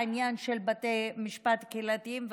בעניין של בתי משפט קהילתיים,